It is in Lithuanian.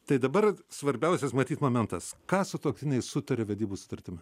tai dabar svarbiausias matyt momentas ką sutuoktinai sutaria vedybų sutartimi